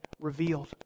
revealed